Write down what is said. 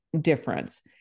difference